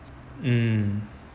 mm